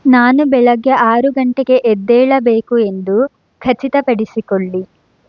ನಾನು ಬೆಳಗ್ಗೆ ಆರು ಗಂಟೆಗೆ ಎದ್ದೇಳಬೇಕು ಎಂದು ಖಚಿತಪಡಿಸಿಕೊಳ್ಳಿ